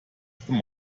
them